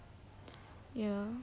ya